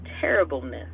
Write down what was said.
terribleness